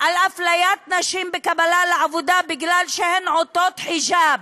על אפליית נשים בקבלה לעבודה משום שהן עוטות חיג'אב.